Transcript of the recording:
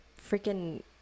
freaking